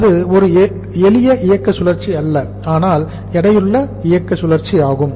அது ஒரு எளிய இயக்க சுழற்சி அல்ல ஆனால் எடையுள்ள இயக்க சுழற்சி ஆகும்